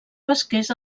pesquers